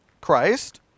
Christ